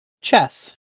Chess